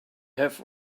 have